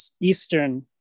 Eastern